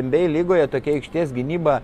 nba lygoje tokia aikštės gynyba